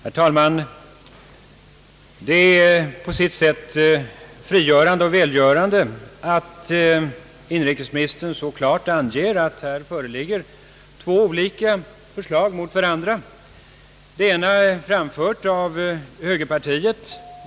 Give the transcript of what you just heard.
Herr talman! Det är på sitt sätt välgörande att inrikesministern så klart anger att här föreligger två olika förslag mot varandra. Det ena är framfört av högerpartiet.